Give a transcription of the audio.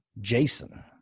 Jason